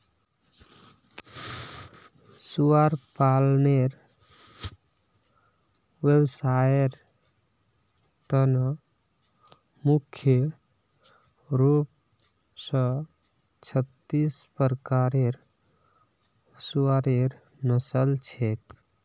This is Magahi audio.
सुअर पालनेर व्यवसायर त न मुख्य रूप स छत्तीस प्रकारेर सुअरेर नस्ल छेक